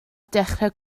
dechrau